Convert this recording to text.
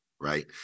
right